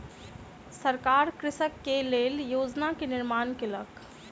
सरकार कृषक के लेल योजना के निर्माण केलक